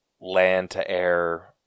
land-to-air